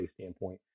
standpoint